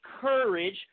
courage